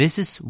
Mrs